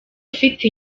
ufite